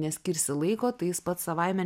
neskirsi laiko tai jis pats savaime